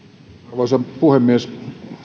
arvoisa puhemies